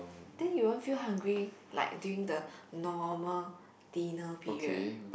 then you won't feel hungry like during the normal dinner period